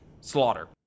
slaughter